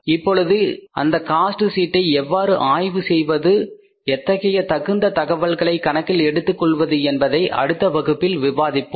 இப்பொழுது அந்த காஸ்ட் ஷீட்டை எவ்வாறு ஆய்வு செய்வது எத்தகைய தகுந்த தகவல்களை கணக்கில் எடுத்துக்கொள்ளவேண்டும் என்பதை அடுத்த வகுப்பில் விவாதிப்போம்